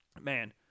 man